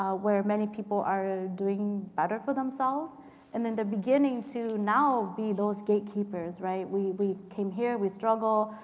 where many people are ah doing better for themselves and then they're beginning to now be those gatekeepers. right? we we came here. we struggled.